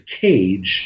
cage